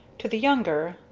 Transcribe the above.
to the younger,